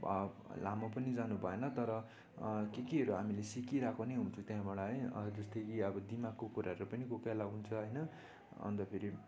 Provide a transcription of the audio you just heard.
ब लामो पनि जानु भएन तर के केहरू हामीले सिकिरहेको नै हुन्छौँ त्यहाँबाट है जस्तै कि अब दिमागको कुराहरू पनि कोही कोही बेला हुन्छ होइन अन्त फेरि